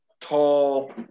tall